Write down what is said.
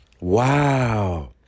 Wow